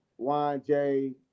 YJ